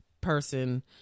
person